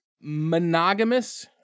Monogamous